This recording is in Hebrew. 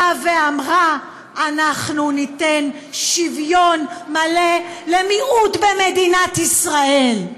אמרה: אנחנו ניתן שוויון מלא למיעוט במדינת ישראל.